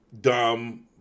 dumb